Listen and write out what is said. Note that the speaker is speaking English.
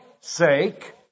sake